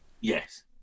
Yes